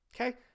okay